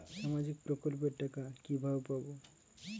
সামাজিক প্রকল্পের টাকা কিভাবে পাব?